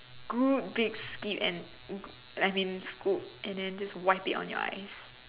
good big spit and I mean scoop and then just wipe it on your eyes